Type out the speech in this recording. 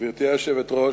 גברתי היושבת-ראש,